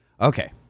Okay